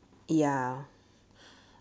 ya